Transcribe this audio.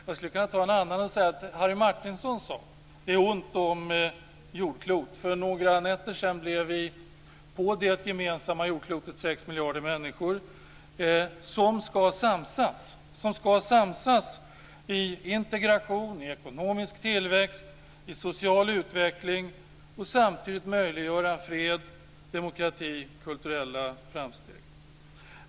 Jag skulle kunna ta en annan och säga att Harry Martinson sade att det är ont om jordklot. För några nätter sedan blev vi på det gemensamma jordklotet 6 miljarder människor som ska samsas i integration, ekonomisk tillväxt och social utveckling och samtidigt möjliggöra fred, demokrati och kulturella framsteg.